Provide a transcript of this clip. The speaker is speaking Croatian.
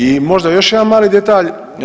I možda još jedan mali detalj.